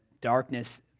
darkness